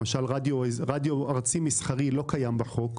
למשל, רדיו ארצי מסחרי לא קיים בחוק.